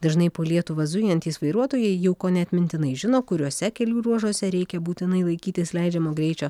dažnai po lietuvą zujantys vairuotojai jau kone atmintinai žino kuriuose kelių ruožuose reikia būtinai laikytis leidžiamo greičio